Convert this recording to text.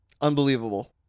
Unbelievable